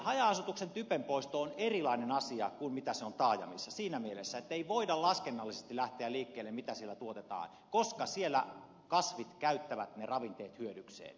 haja asutuksen typenpoisto on erilainen asia kuin mitä se on taajamissa siinä mielessä ettei voida laskennallisesti lähteä liikkeelle siitä mitä siellä tuotetaan koska siellä kasvit käyttävät ne ravinteet hyödykseen